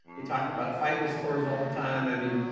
we talk about fico scores all the time. i mean,